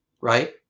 right